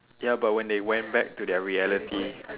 ya but when they went back to their reality